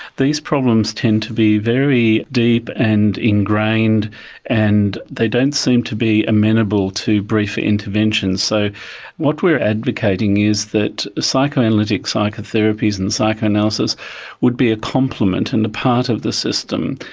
these problems tend to be very deep and ingrained and they don't seem to be amenable to briefer interventions. so what we are advocating is that psychoanalytic psychotherapies and psychoanalysis would be a complement and a part of the system.